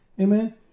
Amen